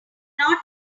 not